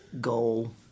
goal